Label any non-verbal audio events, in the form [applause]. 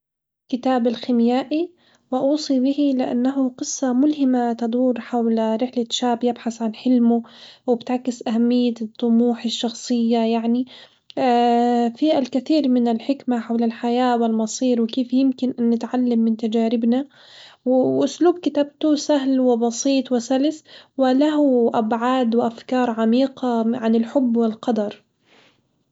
كتاب الخيميائي، وأوصي به لأنه قصة ملهمة تدور حول رحلة شاب يبحث عن حلمه وبتعكس أهمية الطموح الشخصية يعني [hesitation] في الكثير من الحكمة حول الحياة والمصير وكيف يمكن أن نتعلم من تجاربنا وأسلوب كتابته سهل وبسيط وسلس، وله أبعاد وأفكار عميقة عن الحب والقدر.